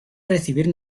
recibir